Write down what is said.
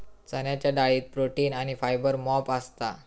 चण्याच्या डाळीत प्रोटीन आणी फायबर मोप असता